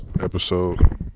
episode